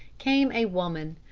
came a woman.